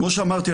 כמו שאמרתי,